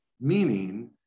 meaning